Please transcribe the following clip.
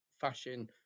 fashion